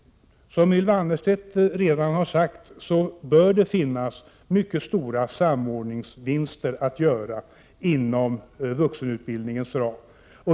Som Ylva Annerstedt redan har sagt bör det finnas mycket stora samordningsvinster att göra inom vuxenutbildningens ram.